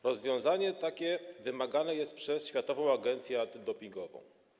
Rozwiązanie takie wymagane jest przez Światową Agencję Antydopingową.